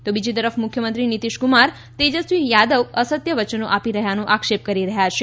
તો બીજી તરફ મુખ્યમંત્રી નીતીશકુમાર તેજસ્વી યાદવ અસત્ય વયનો આપી રહ્યાનો આક્ષેપ કરી રહ્યા છે